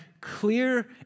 clear